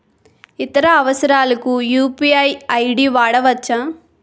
ఇతర అవసరాలకు UPI ID వాడవచ్చా?